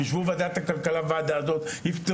שיישבו וועדת הכלכלה והוועדה הזאת יחד